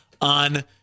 on